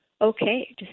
okay